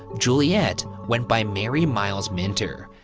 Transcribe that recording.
juliet went by mary miles minter.